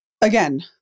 again